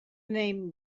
name